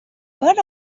per